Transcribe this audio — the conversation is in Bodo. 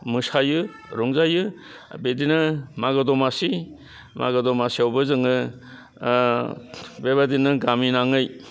मोसायो रंजायो बिदिनो मागो दमासि मागो दमासियावबो जोङो बेबादिनो गामि नाङै